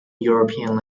european